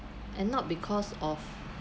and not because of